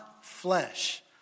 flesh